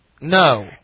No